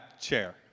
chair